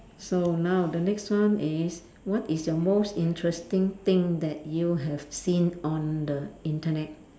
so now the next one is what is your most interesting thing that you have seen on the internet